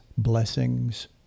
blessings